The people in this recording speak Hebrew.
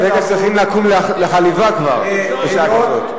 הם תיכף צריכים לקום לחליבה כבר, בשעה כזאת.